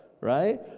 right